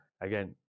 again